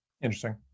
Interesting